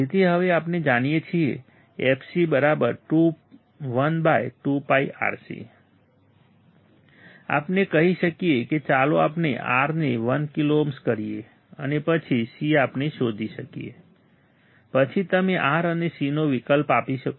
તેથી હવે આપણે જાણીએ છીએ fc 1 2 πRC આપણે કહી શકીએ કે ચાલો આપણે R ને 1 કિલો ઓહમ કરીએ અને પછી C આપણે શોધી શકીએ પછી તમે R અને C નો વિકલ્પ આપી શકો છો